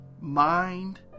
mind